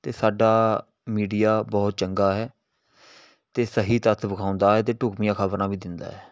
ਅਤੇ ਸਾਡਾ ਮੀਡੀਆ ਬਹੁਤ ਚੰਗਾ ਹੈ ਅਤੇ ਸਹੀ ਤੱਤ ਵਿਖਾਉਂਦਾ ਹੈ ਅਤੇ ਢੁੱਕਵੀਆਂ ਖ਼ਬਰਾਂ ਵੀ ਦਿੰਦਾ ਹੈ